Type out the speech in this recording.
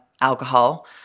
alcohol